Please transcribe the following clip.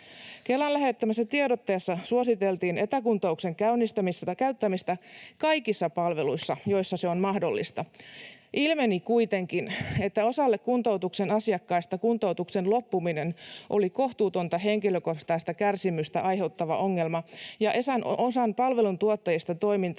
Kelan lähettämässä tiedotteessa suositeltiin etäkuntoutuksen käyttämistä kaikissa palveluissa, joissa se on mahdollista. Ilmeni kuitenkin, että osalle kuntoutuksen asiakkaista kuntoutuksen loppuminen oli kohtuutonta henkilökohtaista kärsimystä aiheuttava ongelma ja osalla palveluntuottajista toiminta